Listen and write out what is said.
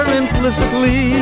implicitly